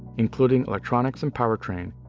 including electronics and powertrain,